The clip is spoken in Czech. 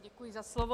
Děkuji za slovo.